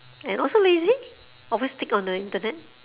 and also lazy always stick on the internet